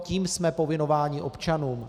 Tím jsme povinováni občanům.